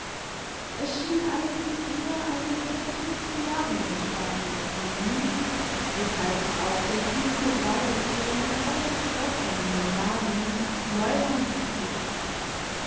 es schien eigentlich mehr eine vor kurzen jahren entstandene colonie weßhalb es auch den vielverbreiteten und häufig vorkommenden namen neuland führte